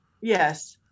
Yes